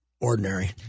ordinary